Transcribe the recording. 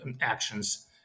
actions